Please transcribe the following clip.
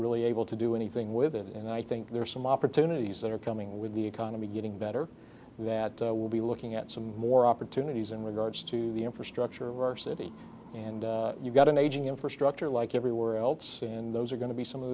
really able to do anything with it and i think there are some opportunities that are coming with the economy getting better that we'll be looking at some more opportunities in regards to the infrastructure of our city and you've got an aging infrastructure like everywhere else and those are going to be some of